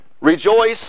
Rejoice